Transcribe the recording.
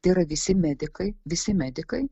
tai yra visi medikai visi medikai